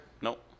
Nope